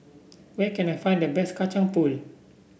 where can I find the best Kacang Pool